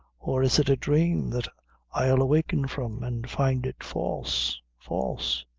or is it a dhrame that i'll waken from, and find it false false?